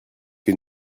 que